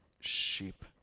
sheep